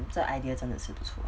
mm 这 idea 真的是不错